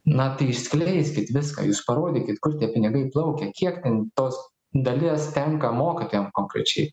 na tai išskleiskit viską jūs parodykit kur tie pinigai plaukia kiek ten tos dalies tenka mokytojam konkrečiai